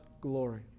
glory